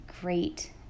great